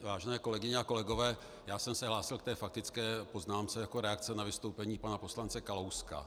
Vážené kolegyně a kolegové, já jsem se hlásil k té faktické poznámce jako reakce na vystoupení pana poslance Kalouska.